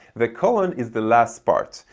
the colon is the last part.